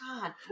God